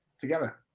together